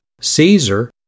Caesar